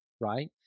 right